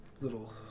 Little